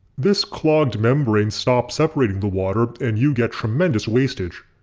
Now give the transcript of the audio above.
this clogged membrane stops separating the water and you get tremendous wastage.